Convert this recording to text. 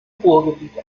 ruhrgebiet